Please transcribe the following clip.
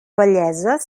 vellesa